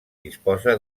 disposa